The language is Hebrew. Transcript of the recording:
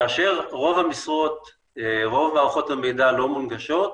כאשר רוב מערכות המידע לא מונגשות,